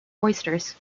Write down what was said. oysters